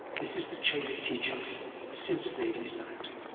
this is the chain of teachers since ledi sayadaw.